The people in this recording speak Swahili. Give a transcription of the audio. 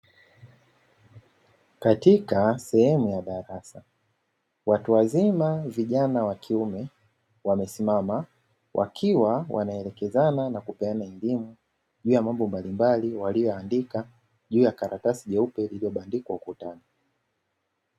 Katika sehemu ya darasa, watu wazima vijana wa kiume, wamesimama wakiwa wanaelekezana na kupeana elimu juu ya mambo mbalimbali walio yaandika juu ya karatasi jeupe lililo bandikwa ukutani.